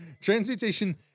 Transmutation